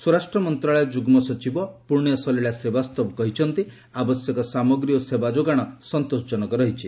ସ୍ୱରାଷ୍ଟ୍ର ମନ୍ତ୍ରଣାଳୟ ଯୁଗ୍ଲ ସଚିବ ପୁଣ୍ୟ ସଲୀଳା ଶ୍ରୀବାସ୍ତବା କହିଛନ୍ତି ଆବଶ୍ୟକ ସାମଗ୍ରୀ ଓ ସେବା ଯୋଗାଣ ସନ୍ତୋଷ ଜନକ ରହିଛି